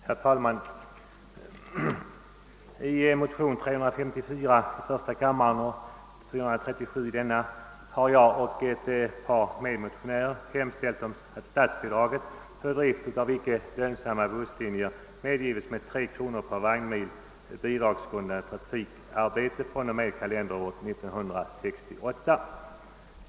Herr talman! I motionen II: 437 — likalydande med motionen I: 354 — har jag och ett par medmotionärer hemställt att riksdagen måtte besluta att statsbidrag för drift av icke lönsamma busslinjer medgives med 3 kronor per vagnmil bidragsgrundande trafikarbete fr.o.m. kalenderåret 1968.